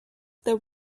there